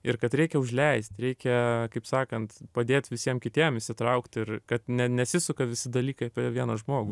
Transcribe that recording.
ir kad reikia užleist reikia kaip sakant padėt visiem kitiem įsitraukt ir kad ne nesisuka visi dalykai apie vieną žmogų